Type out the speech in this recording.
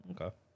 Okay